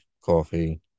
coffee